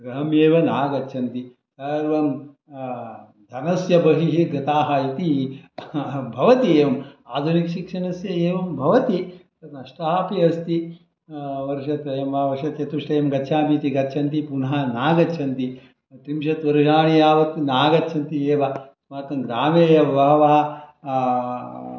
गृहम् एव न गच्छन्ति सर्वं धनस्य बहिः गताः इति भवति एवम् आधुनिक शिक्षणस्य एवं भवति नष्टाः अपि अस्ति वर्षत्रयं वा वर्षचतुष्ट्यम् गच्छामि इति गच्छन्ति पुनः नागच्छन्ति त्रिंशत् वर्षाणि यावत् नागच्छन्ति एव अस्माकङ्ग्रामे एव बहवः